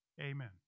Amen